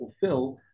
fulfill